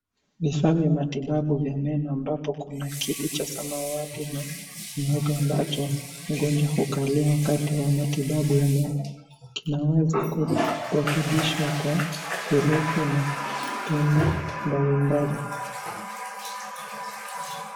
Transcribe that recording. Vifaa vya matibabu vya meno ambapo kuna kiti cha samawati na nyeupe ambacho mgonjwa hukalia wakati wa matibabu ya meno . Kinaweza kurekebishwa kwa urefu na pembe mbalimbali .